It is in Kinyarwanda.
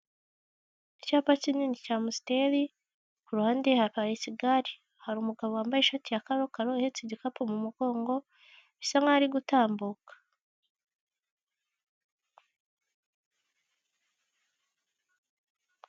Icyapa kinini cy'Amstel, ku ruhande haparitse igare, hari umugabo wambaye ishati ya karokaro uhetse igikapu mu mugongo, bisa nk'aho ari gutambuka.